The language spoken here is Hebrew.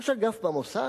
ראש אגף במוסד.